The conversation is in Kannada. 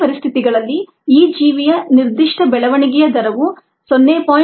ಈ ಪರಿಸ್ಥಿತಿಗಳಲ್ಲಿ ಈ ಜೀವಿಯ ನಿರ್ದಿಷ್ಟ ಬೆಳವಣಿಗೆಯ ದರವು 0